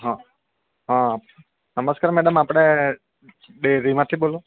હાં હાં નમસ્કાર મેડમ આપણે ડેરીમાંથી બોલો